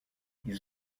ils